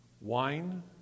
wine